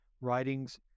writings